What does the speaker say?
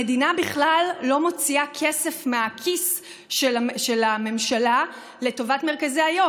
המדינה בכלל לא מוציאה כסף מהכיס של הממשלה לטובת מרכזי היום.